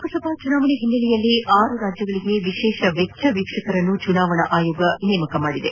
ಲೋಕಸಭಾ ಚುನಾವಣೆ ಹಿನ್ನೆಲೆಯಲ್ಲಿ ಆರು ರಾಜ್ಯಗಳಿಗೆ ವಿಶೇಷ ವೆಚ್ಚ ವೀಕ್ಷಕರನ್ನು ಚುನಾವಣಾ ಆಯೋಗ ನೇಮಕ ಮಾಡಿದೆ